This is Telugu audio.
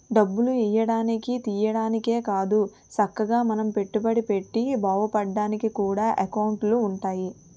డబ్బులు ఎయ్యడానికి, తియ్యడానికే కాదు చక్కగా మనం పెట్టుబడి పెట్టి బావుపడ్డానికి కూడా ఎకౌంటులు ఉంటాయి